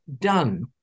done